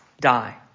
die